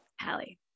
Hallie